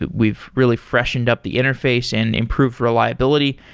we've really freshened up the interface and improved reliability,